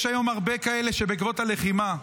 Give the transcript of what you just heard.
יש היום הרבה כאלה בעקבות הלחימה,